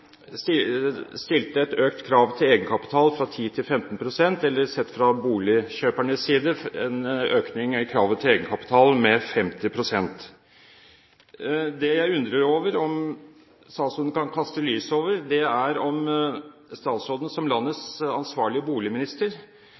stilte et krav til økt egenkapital, fra 10 til 15 pst., eller sett fra boligkjøpernes side, en økning i kravet til egenkapital med 50 pst. Det jeg undrer på om statsråden kan kaste lys over, er om statsråden som landets ansvarlige boligminister